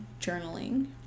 journaling